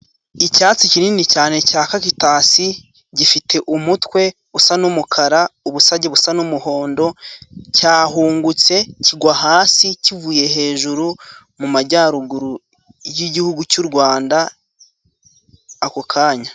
Icyatsi kinini cyane cya cactasi gifite umutwe usa n'umukara, ubusage busa n'umuhondo, cyahungutse kigwa hasi kivuye hejuru, majyaruguru y'igihugu cy'u rwanda ako kanya.